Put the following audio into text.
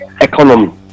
economy